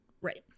Right